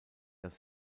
das